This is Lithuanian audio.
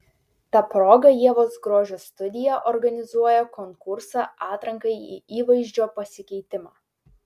ta proga ievos grožio studija organizuoja konkursą atrankai į įvaizdžio pasikeitimą